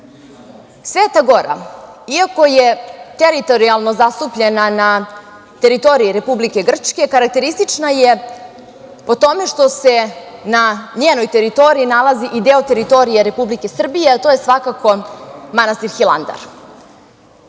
Sveta gora, iako je teritorijalno zastupljena na teritoriji Republike Grčke, karakteristična je po tome što se na njenoj teritoriji nalazi i deo teritorije Srbije, a to je svakako manastir Hilandar.